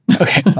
Okay